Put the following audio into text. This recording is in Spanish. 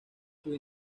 sus